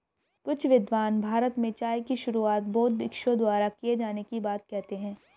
कुछ विद्वान भारत में चाय की शुरुआत बौद्ध भिक्षुओं द्वारा किए जाने की बात कहते हैं